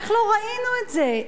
איך לא ראינו את זה?